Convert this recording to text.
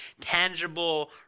tangible